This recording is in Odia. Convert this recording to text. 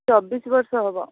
ଚବିଶ ବର୍ଷ ହେବ